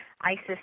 ISIS